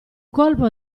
colpo